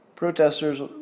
Protesters